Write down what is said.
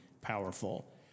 powerful